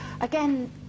again